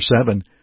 seven